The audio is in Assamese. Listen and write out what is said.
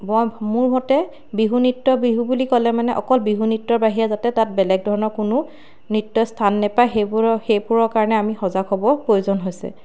মই মোৰ মতে বিহু নৃত্য বিহু বুলি ক'লে মানে অকল বিহু নৃত্যৰ বাহিৰে যাতে তাত বেলেগ ধৰণৰ কোনো নৃত্যই স্থান নাপায় সেইবোৰৰ সেইবোৰৰ কাৰণে আমি সজাগ হ'ব প্ৰয়োজন হৈছে